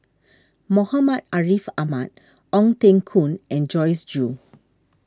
Muhammad Ariff Ahmad Ong Teng Koon and Joyce Jue